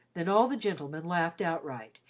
then all the gentlemen laughed outright,